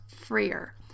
freer